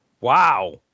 Wow